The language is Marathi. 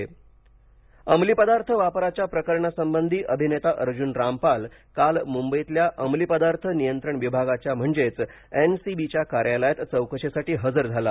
अर्जुन रामपाल अमलीपदार्थ वापराच्या प्रकरणा संबंधी अभिनेता अर्जुन रामपाल काल मुंबईतल्या अमलीपदार्थ नियंत्रण विभागाच्या म्हणजेच एनसीबी च्या कार्यालयात चौकशीसाठी हजर झाला